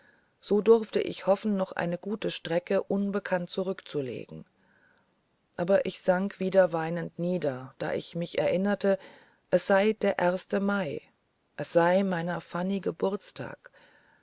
so durfte ich hoffen noch eine gute strecke unbekannt zurückzulegen aber ich sank wieder weinend nieder da ich mich erinnerte es sei der erste mai es sei meiner fanny geburtstag